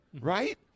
right